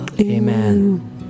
amen